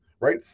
right